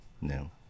No